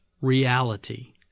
reality